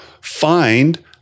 find